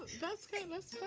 that's kind